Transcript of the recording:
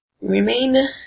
remain